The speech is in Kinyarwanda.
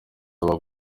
aba